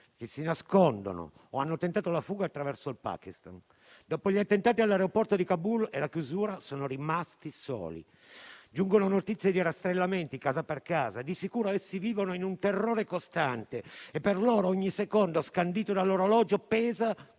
che si nascondono o hanno tentato la fuga attraverso il Pakistan. Dopo gli attentati all'aeroporto di Kabul e la chiusura, sono rimasti soli. Giungono notizie di rastrellamenti casa per casa e di sicuro essi vivono in un terrore costante e per loro ogni secondo scandito dall'orologio pesa